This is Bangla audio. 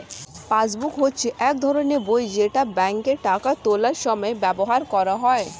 পাসবুক হচ্ছে এক ধরনের বই যেটা ব্যাংকে টাকা তোলার সময় ব্যবহার করা হয়